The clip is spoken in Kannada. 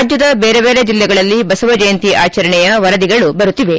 ರಾಜ್ಞದ ಬೇರೆ ಬೇರೆ ಜಿಲ್ಲೆಗಳಲ್ಲಿ ಜಯಂತಿ ಆಚರಣೆ ವರದಿಗಳು ಬರುತ್ತಿವೆ